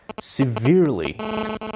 severely